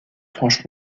franche